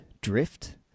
drift